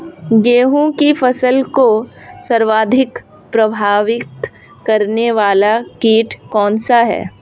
गेहूँ की फसल को सर्वाधिक प्रभावित करने वाला कीट कौनसा है?